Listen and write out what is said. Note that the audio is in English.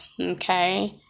okay